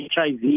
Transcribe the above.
HIV